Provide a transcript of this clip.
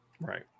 Right